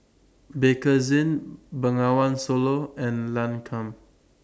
Bakerzin Bengawan Solo and Lancome